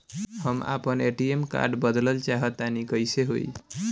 हम आपन ATM card बदलल चाह तनि कइसे होई?